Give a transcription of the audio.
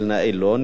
לא נראה לי.